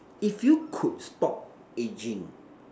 if you could stop aging